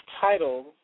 title